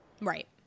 right